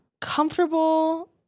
comfortable